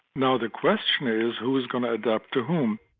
now the question is who's going to adapt to whom?